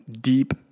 deep